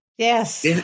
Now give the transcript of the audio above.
Yes